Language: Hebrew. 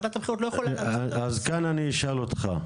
וועדת הבחירות לא יכולה אז כאן אני אשאל אותך,